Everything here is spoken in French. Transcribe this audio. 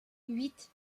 huit